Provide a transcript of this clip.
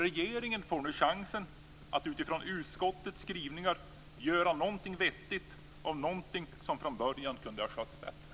Regeringen får nu chansen att utifrån utskottets skrivningar göra någonting vettigt av någonting som från början kunde ha skötts bättre.